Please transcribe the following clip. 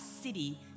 city